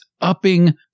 upping